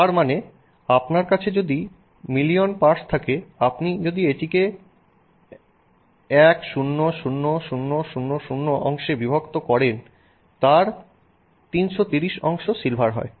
সুতরাং তার মানে আপনার কাছে যদি মিলিয়ন পার্টস থাকে আপনি যদি এটিকে 1000000 অংশে বিভক্ত করেন তার 330 অংশ সিলভার হয়